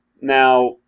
Now